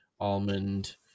almond